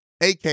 ak